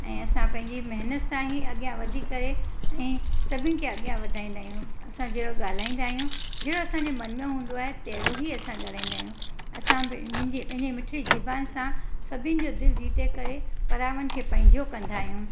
ऐं असां पंहिंजी महिनत सां ई अॻियां वधी करे ऐं सभिनी खे अॻियां वधाईंदा आहियूं असां जहिड़ो ॻाल्हाईंदा आहियूं जहिड़ो असांजे मन में हूंदो आहे तहिड़ो ई असां ॻाल्हाईंदा आहियूं असां मुंहिंजे पंहिंजे मिठड़ी ज़बान सां सभिनि जो दिलि जिते करे पर्यावरण खे पंहिंजो कंदा आहियूं